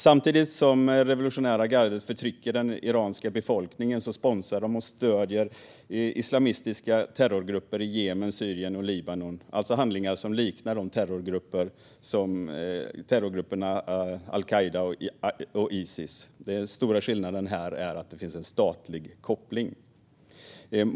Samtidigt som det revolutionära gardet förtrycker den iranska befolkningen sponsrar och stöder de islamistiska terrorgrupper i Jemen, Syrien och Libanon. De liknar terrorgrupper som al-Qaida och Isis. Den stora skillnaden här är att det finns en statlig koppling.